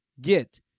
get